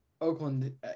Oakland